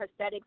prosthetics